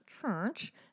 church